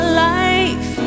life